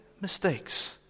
mistakes